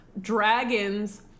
dragons